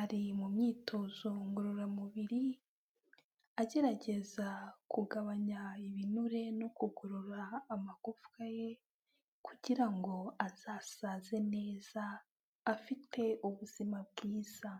ari mu myitozo ngororamubiri, agerageza kugabanya ibinure no kugorora amagufwa ye kugira ngo azasaze neza afite ubuzima bwiza.